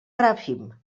bràfim